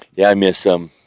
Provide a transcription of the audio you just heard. yeah, i miss them.